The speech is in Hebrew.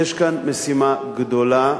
יש כאן משימה גדולה,